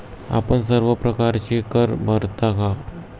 आपण सर्व प्रकारचे कर भरता का?